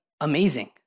amazing